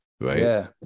Right